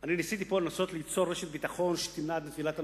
אני ניסיתי פה ליצור רשת ביטחון שתמנע את נפילת הממשלה,